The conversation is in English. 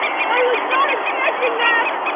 i was not expecting that!